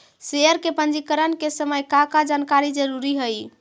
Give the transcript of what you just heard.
share के पंजीकरण के समय का का जानकारी जरूरी हई